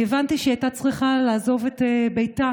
אני הבנתי שהיא הייתה צריכה לעזוב את ביתה